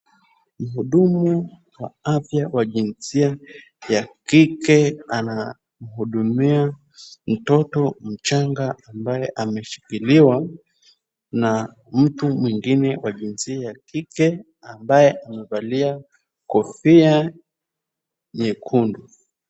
Mhudumu wa afya wa jinsia ya kike anahudumia mtoto mchanga ambaye ameshikiliwa na mtu mwingine wa jinsia ya kike ambaye amevalia kofia nyekundu.